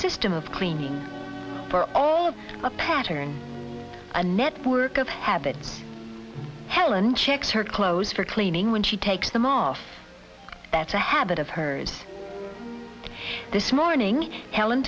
system of cleaning for all of a pattern a network of habits helen checks her clothes for cleaning when she takes them off that's a habit of hers this morning helen